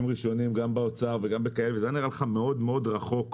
ראשונים גם באוצר וזה היה נראה לך מאוד מאוד רחוק,